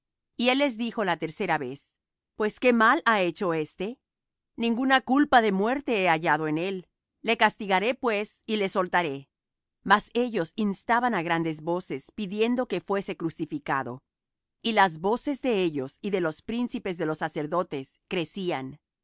y él les dijo la tercera vez pues qué mal ha hecho éste ninguna culpa de muerte he hallado en él le castigaré pues y le soltaré mas ellos instaban á grandes voces pidiendo que fuese crucificado y las voces de ellos y de los príncipes de los sacerdotes crecían